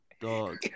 Dog